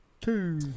Two